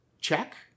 Check